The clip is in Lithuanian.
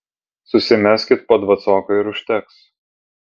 susimeskit po dvacoką ir užteks